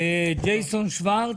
ג'ייסון שוורץ?